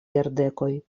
jardekoj